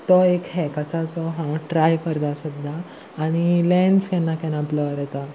तो एक हॅक आसा जो हांव ट्राय करता सद्दां आनी लॅन्स केन्ना केन्ना ब्लर येता